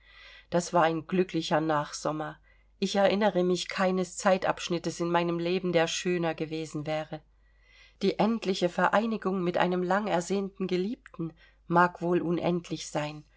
das war ein glücklicher nachsommer ich erinnere mich keines zeitabschnittes in meinem leben der schöner gewesen wäre die endliche vereinigung mit einem lang ersehnten geliebten mag wohl unendlich sein